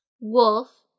Wolf